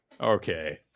Okay